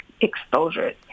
exposures